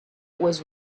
was